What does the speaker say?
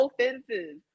offenses